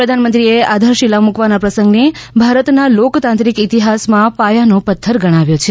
પ્રધાનમંત્રીએ આધારશીલા મુકવાના પ્રસંગને ભારતના લોકતાંત્રિક ઇતિહાસમાં પાયાનો પથ્થર ગણાવ્યો છે